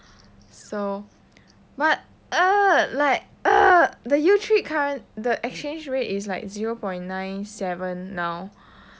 so but ugh like ugh the youtrip the exchange rate is like zero point nine seven now